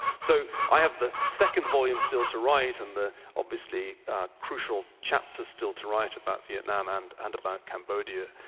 so i have the second volume still to write and the obviously crucial chapters still to write about vietnam and and about cambodia,